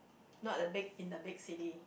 not the big in the big city